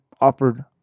offered